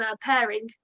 pairing